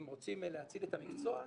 אם רוצים להציל את המקצוע,